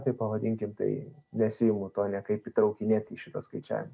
taip pavadinkim tai nesiimu to niekaip įtraukinėt į šitą skaičiavimą